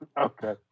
Okay